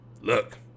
Look